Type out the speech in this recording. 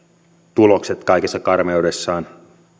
tulokset kaikessa karmeudessaan